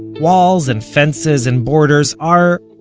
walls and fences and borders are,